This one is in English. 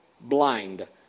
blind